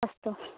अस्तु